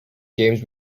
james